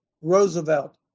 Roosevelt